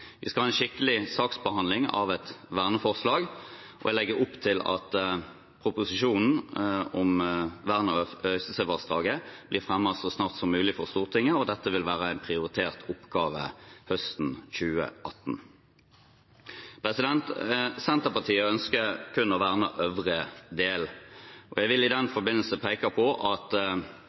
Vi skal ha en skikkelig saksbehandling av et verneforslag, og jeg legger opp til at proposisjonen om vern av Øystesevassdraget blir fremmet så snart som mulig for Stortinget. Dette vil være en prioritert oppgave høsten 2018. Senterpartiet ønsker kun å verne øvre del, og jeg vil i den forbindelse peke på at